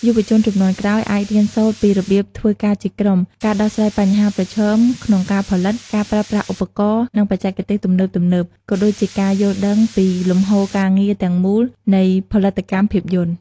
យុវជនជំនាន់ក្រោយអាចរៀនសូត្រពីរបៀបធ្វើការជាក្រុម ការដោះស្រាយបញ្ហាប្រឈមក្នុងការផលិត ការប្រើប្រាស់ឧបករណ៍ និងបច្ចេកទេសទំនើបៗ ក៏ដូចជាការយល់ដឹងពីលំហូរការងារទាំងមូលនៃផលិតកម្មភាពយន្ត។